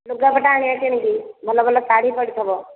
ଲୁଗାପଟା ଆଣିବା କିଣିକି ଭଲ ଭଲ ଶାଢୀ ପଡ଼ିଥିବ